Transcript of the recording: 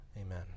Amen